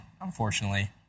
unfortunately